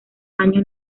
año